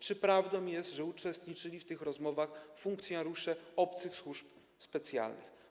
Czy prawdą jest, że uczestniczyli w tych rozmowach funkcjonariusze obcych służb specjalnych?